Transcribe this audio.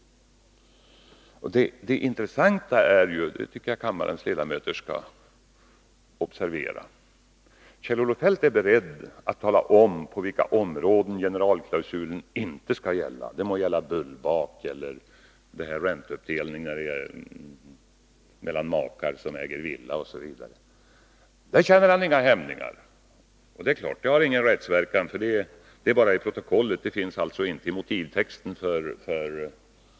Det intressanta är — och det tycker jag att kammarens ledamöter skall observera — att Kjell-Olof Feldt är beredd att tala om på vilka områden generalklausulen inte skall gälla — det må vara fråga om bullbak, ränteuppdelning mellan makar som äger villa osv. I det avseendet känner han inga hämningar, för sådana uttalanden har inga rättsverkningar. De står bara i protokollet, inte i lagstiftningens motivtext.